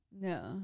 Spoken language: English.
no